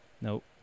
Nope